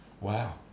wow